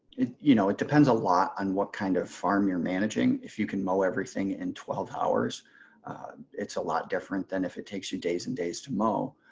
you know it depends a lot on what kind of farm you're managing. if you can mow everything in twelve hours it's a lot different than if it takes you days and days to mow.